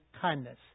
kindness